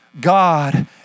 God